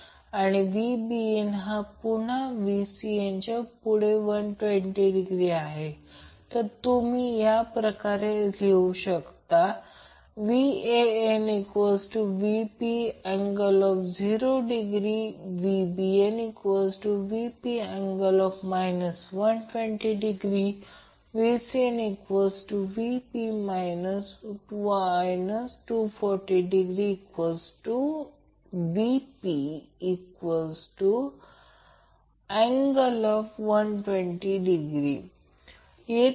आता आकृती 3 मध्ये दर्शविलेल्या नेटवर्कमधील उदाहरण 4 समजा टर्मिनल A B मध्ये जोडलेल्या लोडमध्ये व्हेरिएबल रेझिस्टन्स RL आणि कॅपेसिटिव्ह रिअॅक्टन्स XC मी दाखवतो जे 2 Ω आणि 8 Ω मध्ये व्हेरिएबल आहे